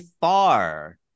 far